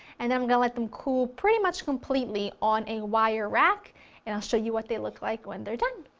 and then i'm going to let them cool, pretty much completely on a wire rack and i'll show you what they look like when they're done!